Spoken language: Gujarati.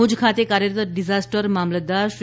ભુજ ખાતે કાર્યરત ડિઝાસ્ટર મામલતદાર સી